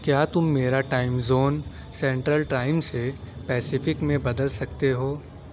کیا تم میرا ٹائم زون سینٹرل ٹائم سے پیسیفک میں بدل سکتے ہو